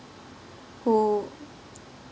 who